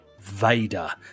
Vader